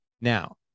Now